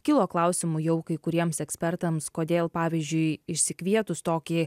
kilo klausimų jau kai kuriems ekspertams kodėl pavyzdžiui išsikvietus tokį